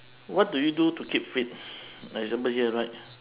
what do you do to keep fit like example here right